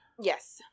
Yes